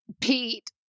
Pete